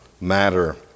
matter